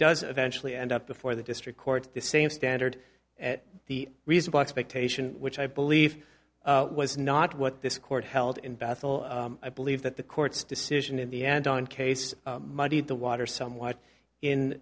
does eventually end up before the district court at the same standard at the reasonable expectation which i believe was not what this court held in bethel i believe that the court's decision in the end on case muddied the water somewhat in